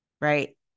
right